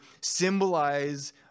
symbolize